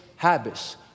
Habits